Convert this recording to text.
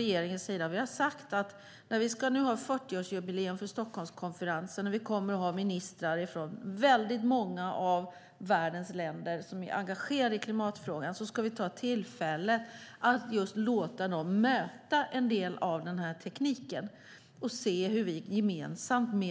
Regeringen har sagt att när vi nu ska ha 40-årsjubileum för Stockholmskonferensen där vi kommer att ha ministrar från många av världens länder som är engagerade i klimatfrågan ska vi ta tillfället i akt att låta dem möta en del av tekniken. Då kan vi se hur vi gemensamt